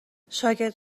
شاگرد